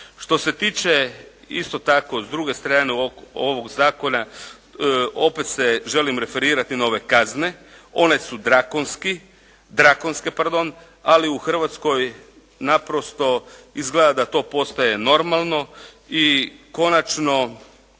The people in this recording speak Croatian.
Što se tiče isto tako s druge strane ovog zakona opet se želim referirati na ove kazne. One su drakonske ali u Hrvatskoj naprosto izgleda da to postaje normalno i konačno